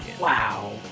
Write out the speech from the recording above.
Wow